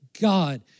God